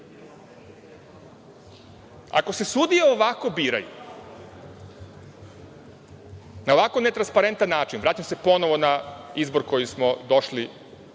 se sudije ovako biraju, na ovako ne trasnparentan način, vraćam se ponovo na izbor od koje smo počeli,